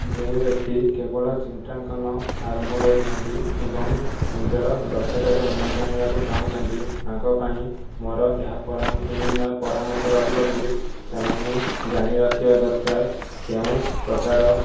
ଯେଉଁ ବ୍ୟକ୍ତି କେବଳ ଚିତ୍ରାଙ୍କନ ଆରମ୍ଭ କରୁଛନ୍ତି ଏବଂ ନିଜର ଦକ୍ଷତାରେ ଉନ୍ନତି ଆଣିବାକୁ ଚାହୁଁଛନ୍ତି ତାଙ୍କ ପାଇଁ ମୋର ଏହା ପରମ ଏଇୟା ପରାମର୍ଶ ରହିବ କି ସେମାନେ ଜାଣିରଖିବା ଦରକାର କେଉଁପ୍ରକାର